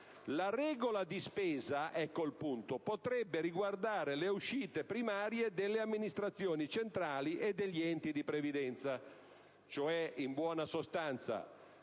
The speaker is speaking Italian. la regola di spesa» - ecco il punto - «potrebbe riguardare le uscite primarie delle Amministrazioni centrali e degli Enti di previdenza». La Banca d'Italia